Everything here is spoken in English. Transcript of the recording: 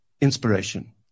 inspiration